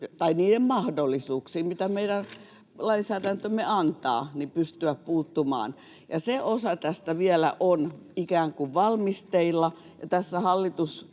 — niiden mahdollisuuksien mukaan, mitä meidän lainsäädäntömme antaa — pystyä puuttumaan. Ja se osa tästä vielä on ikään kuin valmisteilla,